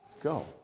go